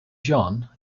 john